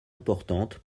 importante